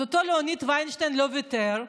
אז אותו ליאוניד ויינשטיין לא ויתר,